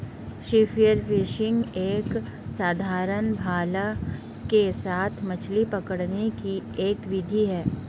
spear fishing एक साधारण भाला के साथ मछली पकड़ने की एक विधि है